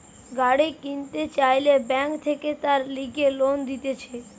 গাড়ি কিনতে চাইলে বেঙ্ক থাকে তার লিগে লোন দিতেছে